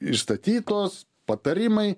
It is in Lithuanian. išstatytos patarimai